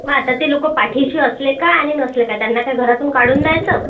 मग आता ते लोक पाठीशी असले काय आणि नसले काय त्यांना काय घरातून काढून द्यायचं